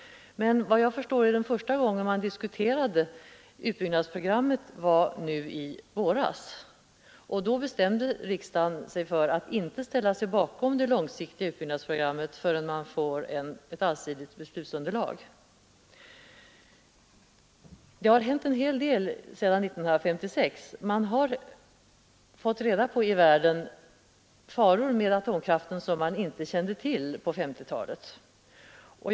Men första gången riksdagen diskuterade ett utbyggnadsprogram var nu i våras, och då bestämde sig riksdagen för att inte ställa sig bakom det långsiktiga utbyggnadsprogrammet förrän det föreligger ett allsidigt beslutsunderlag. Det har hänt en hel del sedan 1956. Man har ute i världen fått kännedom om faror med atomkraften som man inte kände till på 1950-talet.